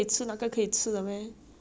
她什么都说可以吃的 mah